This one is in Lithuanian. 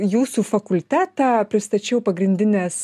jūsų fakultetą pristačiau pagrindines